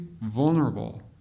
vulnerable